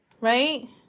right